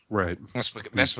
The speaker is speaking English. right